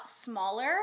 smaller